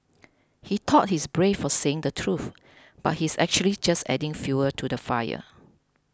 he thought he's brave for saying the truth but he's actually just adding fuel to the fire